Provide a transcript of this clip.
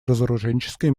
разоруженческой